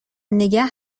نگه